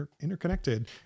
interconnected